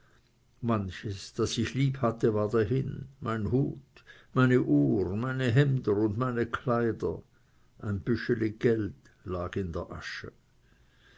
manches das ich lieb hatte war dahin mein hut meine uhr meine hemder und meine kleider ein büscheli geld lag in der asche